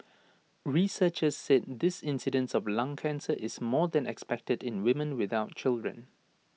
researchers said this incidence of lung cancer is more than expected in women without children